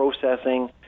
processing